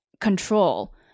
control